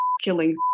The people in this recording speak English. killing